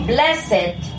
Blessed